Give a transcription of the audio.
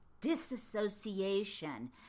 disassociation